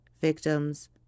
victims